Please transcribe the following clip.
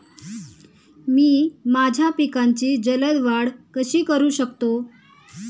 मी माझ्या पिकांची जलद वाढ कशी करू शकतो?